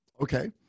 Okay